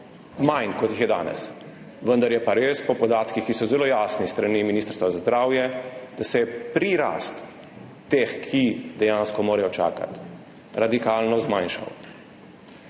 manj, kot jih je danes, vendar je pa res, po podatkih, ki so zelo jasni s strani Ministrstva za zdravje, da se je prirast teh, ki dejansko morajo čakati, radikalno zmanjšal.